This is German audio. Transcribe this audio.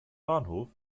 bahnhof